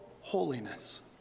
holiness